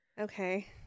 Okay